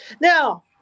Now